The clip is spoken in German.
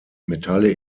metalle